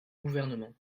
gouvernement